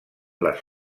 les